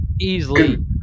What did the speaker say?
easily